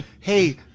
hey